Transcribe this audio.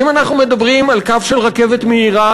ואם אנחנו מדברים על קו של רכבת מהירה,